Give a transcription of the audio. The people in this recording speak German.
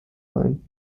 ein